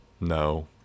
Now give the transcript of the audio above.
No